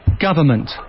Government